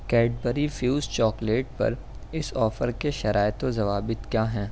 Cadbury Fuse chocolate پر اس offer کے شرائط و ضوابط کیا ہیں